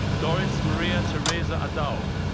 doris maria theresa adao.